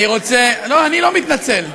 אל תתנצל,